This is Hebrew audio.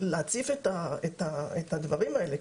להציף את הדברים האלה,